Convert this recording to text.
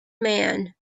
man